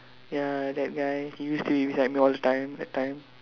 ya that guy he used to be beside me all the time that time